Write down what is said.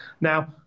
Now